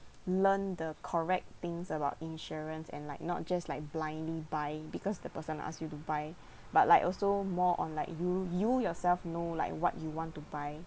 learn the correct things about insurance and like not just like blindly buying because the person ask you to buy but like also more on like you you yourself know like what you want to buy